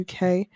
uk